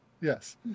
Yes